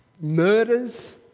murders